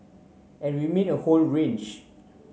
and we mean a whole range